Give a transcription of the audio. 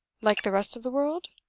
like the rest of the world?